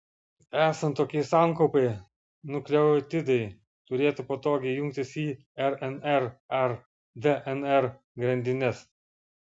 esant tokiai sankaupai nukleotidai turėtų patogiai jungtis į rnr ar dnr grandines